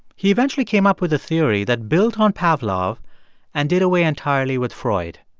he eventually came up with a theory that built on pavlov and did away entirely with freud.